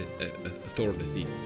authority